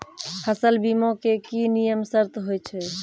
फसल बीमा के की नियम सर्त होय छै?